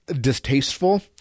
distasteful